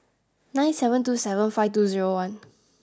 nine seven two seven five two zero one